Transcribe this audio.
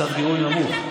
סף גירוי נמוך.